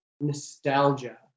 nostalgia